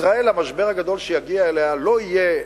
ישראל, המשבר הגדול שיגיע אליה לא יהיה,